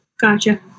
Gotcha